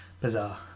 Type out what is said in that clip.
Bizarre